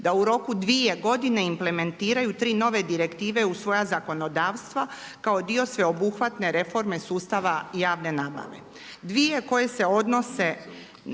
da u roku dvije godine implementiraju tri nove direktive u svoja zakonodavstva kao dio sveobuhvatne reforme sustava javne nabave.